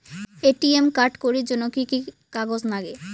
ATM card করির জন্যে কি কি কাগজ নাগে?